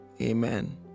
Amen